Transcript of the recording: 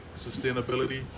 sustainability